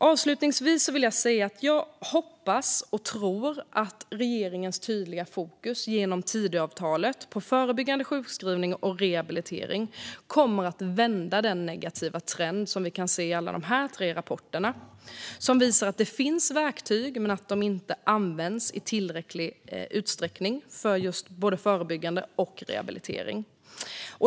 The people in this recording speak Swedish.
Avslutningsvis vill jag säga att jag hoppas och tror att regeringens tydliga fokus genom Tidöavtalet på förebyggande av sjukskrivningar och rehabilitering kommer att vända den negativa trend som vi kan se i alla dessa tre rapporter, som visar att det finns verktyg men att de inte används i tillräcklig utsträckning för att förebygga sjukskrivningar eller för rehabilitering.